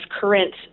current